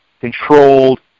controlled